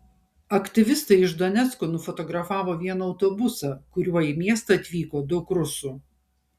aktyvistai iš donecko nufotografavo vieną autobusą kuriuo į miestą atvyko daug rusų